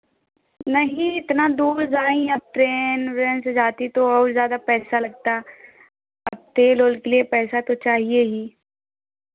नहीं इतना दूर जाएँ अब ट्रेन व्रेन से जाती तो और ज़्यादा पैसा लगता अब तेल ओल के लिए पैसा तो चाहिए ही